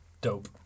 Dope